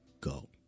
go